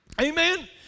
amen